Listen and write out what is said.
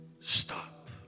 stop